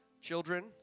children